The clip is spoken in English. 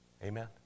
Amen